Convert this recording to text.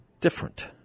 different